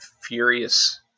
Furious